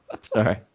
Sorry